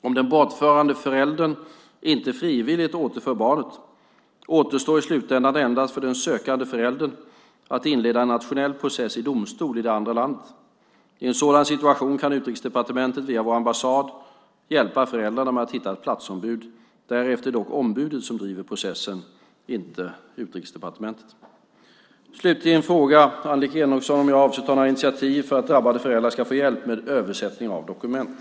Om den bortförande föräldern inte frivilligt återför barnet återstår i slutändan endast för den sökande föräldern att inleda en nationell process i domstol i det andra landet. I en sådan situation kan Utrikesdepartementet, via vår ambassad, hjälpa föräldern med att hitta ett platsombud. Därefter är det dock ombudet som driver processen, inte Utrikesdepartementet. Slutligen frågar Annelie Enochson om jag avser att ta några initiativ för att drabbade föräldrar ska få hjälp med översättning av dokument.